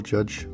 Judge